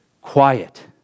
quiet